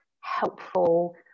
helpful